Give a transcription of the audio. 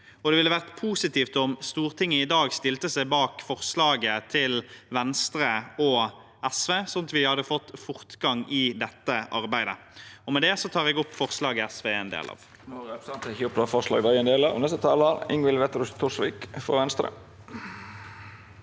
det ville vært positivt om Stortinget i dag stilte seg bak forslaget til Venstre og SV, slik at vi hadde fått fortgang i dette arbeidet. Med det tar jeg opp forslaget SV er en del av. Presidenten Representanten